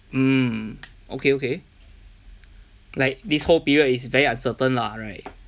mm okay okay like this whole period is very uncertain lah right